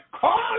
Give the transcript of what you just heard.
Call